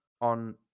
on